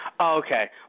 Okay